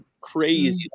crazy